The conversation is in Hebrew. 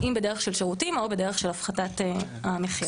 אם בדרך של שירותים או בדרך של הפחתת המחיר.